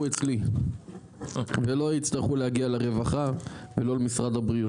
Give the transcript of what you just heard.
אצלי ולא יצטרכו להגיע לרווחה ולא למשרד הבריאות.